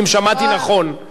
אם שמעתי נכון.